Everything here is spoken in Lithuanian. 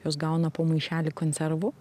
jos gauna po maišelį konservų